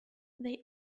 they